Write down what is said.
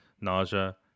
nausea